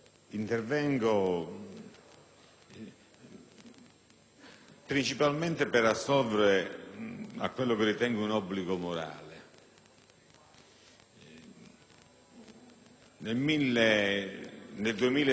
principalmente per assolvere a quello che ritengo un obbligo morale. Nell'agosto 2006